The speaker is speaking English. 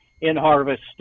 in-harvest